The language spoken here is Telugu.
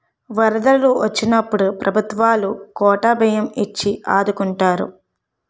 వరదలు వొచ్చినప్పుడు ప్రభుత్వవోలు కోటా బియ్యం ఇచ్చి ఆదుకుంటారు